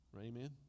Amen